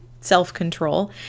self-control